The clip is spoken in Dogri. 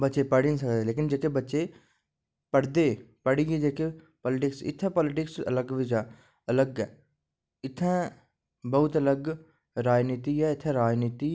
बच्चे पढ़ी निं सकदे लेकिन जेह्के बच्चे पढ़दे पढ़ियै जेह्के पॉलीटिक्स इत्थें पॉलीटिक्स अलग गै ऐ इत्थें बहोत गै अलग राजनीति ऐ इत्थें राजनीति